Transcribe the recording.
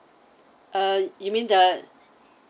um you mean the